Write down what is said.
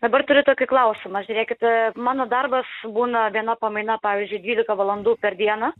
dabar turiu tokį klausimą žiūrėkit mano darbas būna viena pamaina pavyzdžiui dvylika valandų per dieną